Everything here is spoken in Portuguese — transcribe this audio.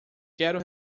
quero